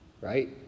right